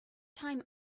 time